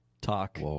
talk